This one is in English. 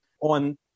on